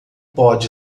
pode